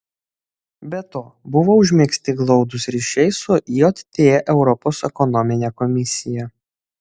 be to buvo užmegzti glaudūs ryšiai su jt europos ekonomine komisija